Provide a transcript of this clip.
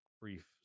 brief